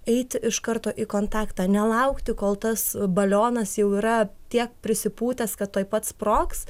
eiti iš karto į kontaktą nelaukti kol tas balionas jau yra tiek prisipūtęs kad tuoj pat sprogs